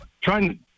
trying